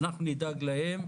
ואנחנו נדאג להן.